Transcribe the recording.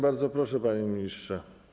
Bardzo proszę, panie ministrze.